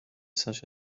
such